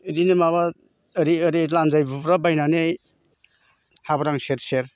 बिदिनो माबा ओरै ओरै लान्जाय बुब्राबबायनानै हाब्रां सेर सेर